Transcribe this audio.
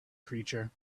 creature